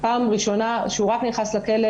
פעם ראשונה שהוא רק נכנס לכלא,